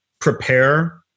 prepare